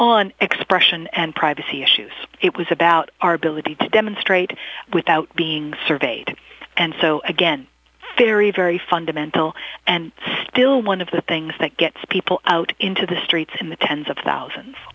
on expression and privacy issues it was about our ability to demonstrate without being surveyed and so again very very fundamental and still one of the things that gets people out into the streets in the tens of thousands